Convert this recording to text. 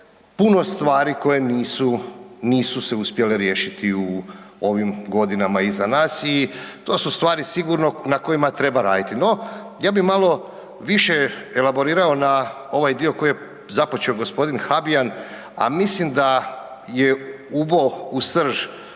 puno stvari koje nisu, nisu se uspjele riješiti u ovim godinama iza nas i to su stvari sigurno na kojima treba raditi. No, ja bi malo više elaborirao na ovaj dio koji je započeo gospodin Habijan, a mislim da je ubo u srž